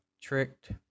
Tricked